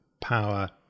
power